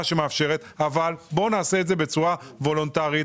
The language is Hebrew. אבל בואו נעשה את זה בצורה וולונטרית,